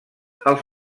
els